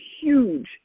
huge